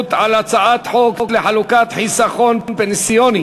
על הצעת חוק לחלוקת חיסכון פנסיוני